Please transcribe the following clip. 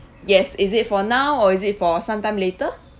yes is it for now or is it for some time later